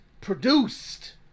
produced